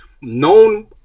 known